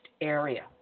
area